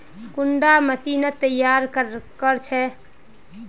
कुंडा मशीनोत तैयार कोर छै?